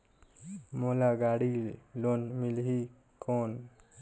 मोला गाड़ी लोन मिलही कौन?